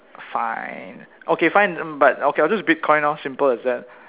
fine okay fine mm okay but I'll just Bitcoin lor simple as that